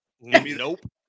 Nope